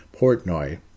Portnoy